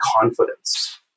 confidence